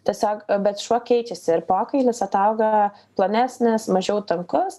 tiesiog bet šuo keičiasi ir pokailis atauga plonesnis mažiau tankus